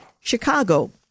Chicago